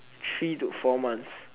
three to four months